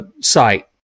site